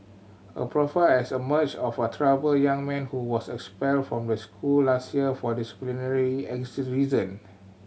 a profile has emerged of a troubled young man who was expelled from the school last year for the disciplinary reason